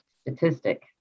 statistic